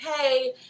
hey